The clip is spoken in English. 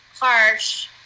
harsh